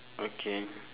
okay